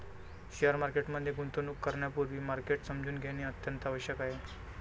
share market मध्ये गुंतवणूक करण्यापूर्वी मार्केट समजून घेणे अत्यंत आवश्यक आहे